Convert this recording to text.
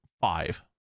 five